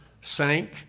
sank